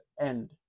end